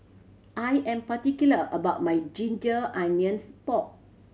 I am particular about my ginger onions pork